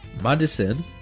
madison